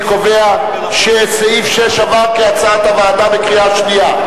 אני קובע שסעיף 6 כהצעת הוועדה עבר בקריאה שנייה.